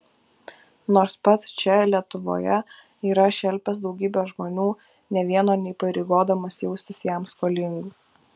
nors pats čia lietuvoje yra šelpęs daugybę žmonių nė vieno neįpareigodamas jaustis jam skolingu